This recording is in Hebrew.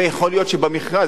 ויכול להיות שבמכרז,